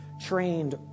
trained